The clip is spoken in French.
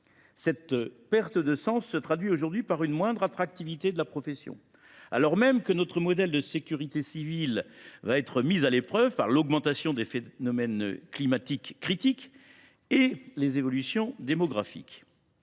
Cette perte de sens se traduit aujourd’hui par une moindre attractivité de la profession, alors même que notre modèle de sécurité civile sera mis à l’épreuve, dans les années à venir, par l’augmentation des phénomènes climatiques critiques et par les évolutions démographiques.